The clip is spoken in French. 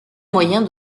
moyen